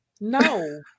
No